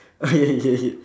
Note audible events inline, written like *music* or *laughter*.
uh *laughs* ya ya ya ya